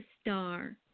star